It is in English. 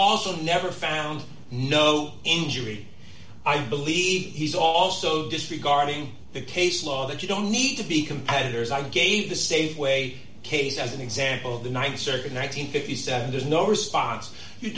also never found no injury i believe he's also disregarding the case law that you don't need to be competitors i gave the safeway case as an example the th circuit nine hundred and fifty seven there's no response you